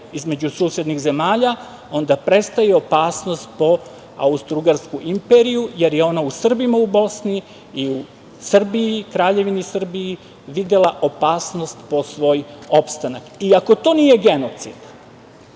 između susednih zemalja, onda prestaje opasnost po austro-ugarsku imperiju, jer je ona u Srbima u Bosni i u Kraljevini Srbiji videla opasnost po svoj opstanak. Ako to nije genocid,